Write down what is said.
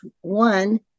one